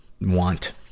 want